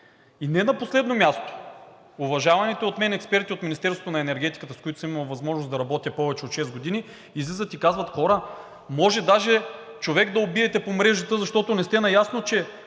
Не на последно място, уважаваните от мен експерти от Министерството на енергетиката, с които съм имал възможност да работя повече от шест години, излизат и казват: „Хора, може даже човек да убиете по мрежата, защото не сте наясно, че